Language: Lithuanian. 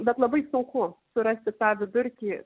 bet labai sunku surasti tą vidurkį